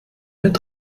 mit